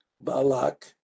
Balak